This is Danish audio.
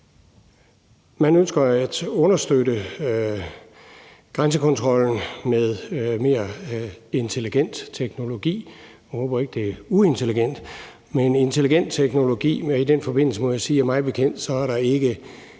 Man ønsker at understøtte grænsekontrollen med mere intelligent teknologi – jeg håber ikke, det er uintelligent – og i den forbindelse må jeg sige, at mig bekendt er der ikke